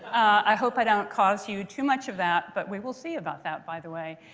i hope i don't cause you too much of that, but we will see about that, by the way.